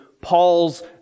Paul's